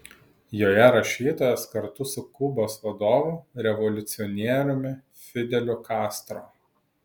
joje rašytojas kartu su kubos vadovu revoliucionieriumi fideliu castro